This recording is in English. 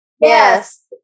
Yes